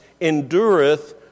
endureth